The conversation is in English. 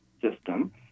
system